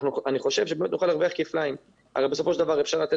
אני חושב שנוכל להרוויח כפליים.